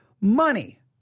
money